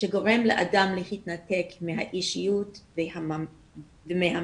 שגורם לאדם להתנתק מהאישיות ומהמציאות